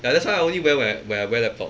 ya that's why I only wear when I when I wear laptop